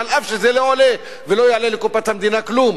אף שזה לא עולה ולא יעלה לקופת המדינה כלום.